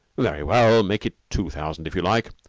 very well, make it two thousand, if you like.